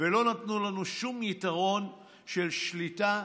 ולא נתנו לנו שום יתרון של שליטה.